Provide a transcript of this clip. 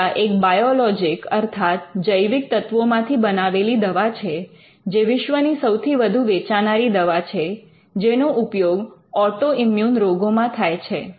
Humira એક biologic અર્થાત જૈવિક તત્વોમાંથી બનાવેલી દવા છે જે વિશ્વની સૌથી વધુ વેચાનારી દવા છે જેનો ઉપયોગ ઑટો ઇમ્મ્યુન રોગોમા થાય છે